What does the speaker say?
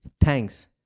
thanks